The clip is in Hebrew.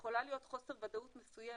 יכול להיות חוסר ודאות מסוים